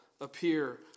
appear